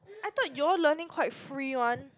I thought you all learning quite free one